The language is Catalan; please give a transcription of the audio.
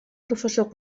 professor